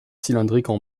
cylindriques